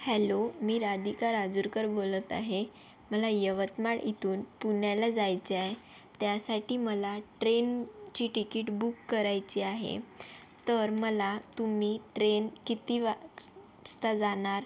hello मी रादिका राजुरकर बोलत आहे मला यवतमाळ इथून पुण्याला जायचे आहे त्यासाठी मला ट्रेनची टिकीट बुक करायची आहे तर मला तुम्ही ट्रेन किती वाजता जाणार